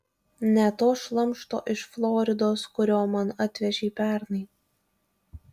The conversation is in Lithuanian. ne to šlamšto iš floridos kurio man atvežei pernai